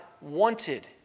wanted